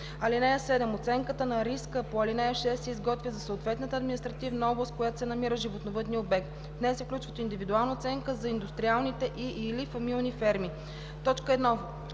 (7) Оценката на риска по ал. 6 се изготвя за съответната административна област, в която се намира животновъдният обект. В нея се включва и индивидуална оценка за индустриалните и/или фамилни ферми: